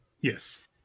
Yes